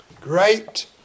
Great